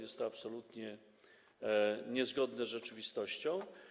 Jest to absolutnie niezgodne z rzeczywistością.